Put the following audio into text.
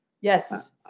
Yes